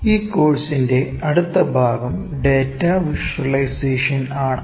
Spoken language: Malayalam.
ഈ കോഴ്സിന്റെ അടുത്ത ഭാഗം ഡാറ്റ വിഷ്വലൈസേഷൻ ആണ്